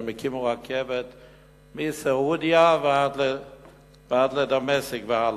הם הקימו רכבת מסעודיה ועד לדמשק והלאה.